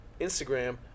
Instagram